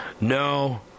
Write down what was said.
No